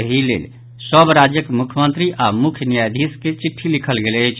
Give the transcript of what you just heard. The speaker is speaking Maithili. एहि लेल सभ राज्यक मुख्यमंत्री आओर मुख्य न्यायाधीश के चिट्टी लिखल गेल अछि